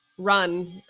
run